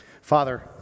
Father